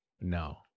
No